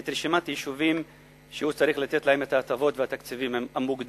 את רשימת היישובים שהוא צריך לתת להם את ההטבות ואת התקציבים המוגדלים.